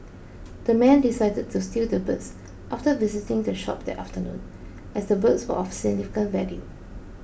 the men decided to steal the birds after visiting the shop that afternoon as the birds were of significant value